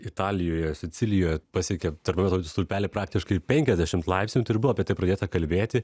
italijoje sicilijoje pasiekė termometro stulpeliai praktiškai penkiasdešim laipsnių ir buvo apie tai pradėta kalbėti